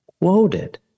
quoted